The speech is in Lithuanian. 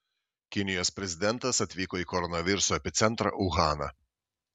kinijos prezidentas atvyko į koronaviruso epicentrą uhaną